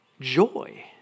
joy